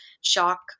shock